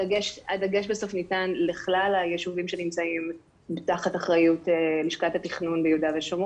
הדגש בסוף ניתן לכלל היישובים שנמצאים תחת אחריות לשכת התכנון ביו"ש.